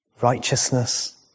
righteousness